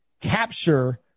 capture